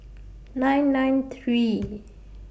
nine nine three